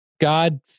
God